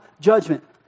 judgment